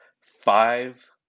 five